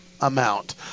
Amount